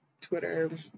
Twitter